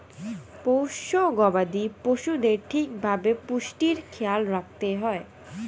পোষ্য গবাদি পশুদের ঠিক ভাবে পুষ্টির খেয়াল রাখতে হয়